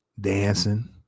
dancing